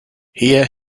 here